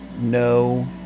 No